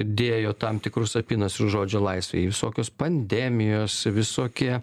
dėjo tam tikrus apynasrius žodžio laisvei visokios pandemijos visokie